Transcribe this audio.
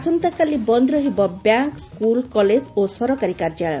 ଆସନ୍ତାକାଲି ରାଜ୍ୟରେ ବନ୍ଦ୍ ରହିବ ବ୍ୟାଙ୍କ୍ ସ୍କୁଲ୍ କଲେଜ୍ ଓ ସରକାରୀ କାର୍ଯ୍ୟାଳୟ